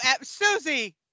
Susie